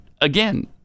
again